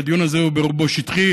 והדיון הזה הוא ברובו שטחי.